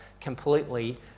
completely